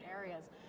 areas